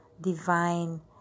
divine